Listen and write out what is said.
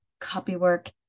copywork